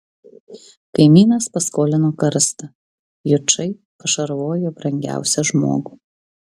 kaimynas paskolino karstą jučai pašarvojo brangiausią žmogų